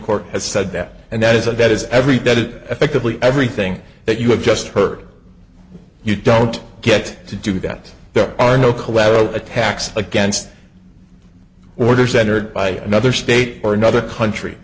court has said that and that is a bed is everybody effectively everything that you have just heard you don't get to do that there are no collateral attacks against orders entered by another state or another country